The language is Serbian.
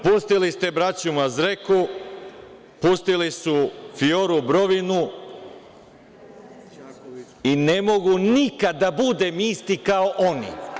Pustili ste braću Mazreku, pustili su Fijoru Brovinu i ne mogu nikad da budem isti kao oni.